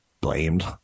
blamed